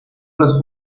las